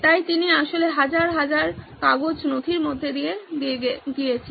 তাই তিনি আসলে হাজার হাজার কাগজ নথির মধ্যে দিয়ে গিয়েছিলেন